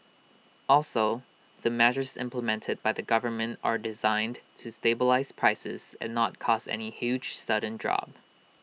also the measures implemented by the government are designed to stabilise prices and not cause any huge sudden drop